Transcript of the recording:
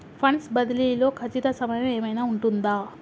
Funds బదిలీ లో ఖచ్చిత సమయం ఏమైనా ఉంటుందా?